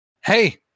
Hey